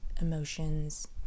emotions